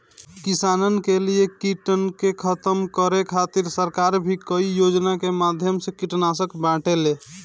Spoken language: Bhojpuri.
किसानन के लिए कीटन के खतम करे खातिर सरकार भी कई योजना के माध्यम से कीटनाशक बांटेले